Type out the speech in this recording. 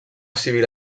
civil